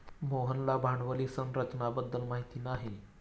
मोहनला भांडवली संरचना बद्दल माहिती नाही